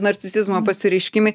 narcisizmo pasireiškimai